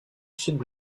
sud